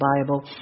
Bible